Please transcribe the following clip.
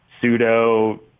pseudo